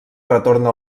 retorna